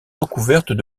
recouvertes